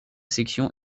section